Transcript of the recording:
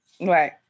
Right